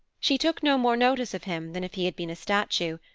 she took no more notice of him than if he had been a statue,